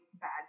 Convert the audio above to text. bad